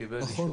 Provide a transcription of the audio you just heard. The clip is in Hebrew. קיבל אישור